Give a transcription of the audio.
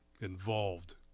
involved